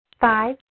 Five